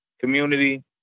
community